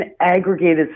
aggregated